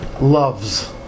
loves